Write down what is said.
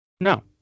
No